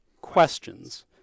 questions